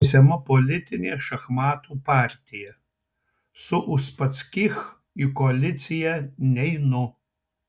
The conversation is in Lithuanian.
tęsiama politinė šachmatų partija su uspaskich į koaliciją neinu